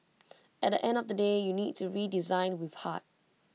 at end of the day you need to redesign with heart